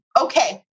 okay